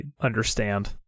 understand